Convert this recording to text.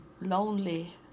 lonely